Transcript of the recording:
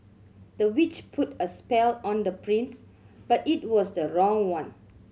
the witch put a spell on the prince but it was the wrong one